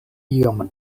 iom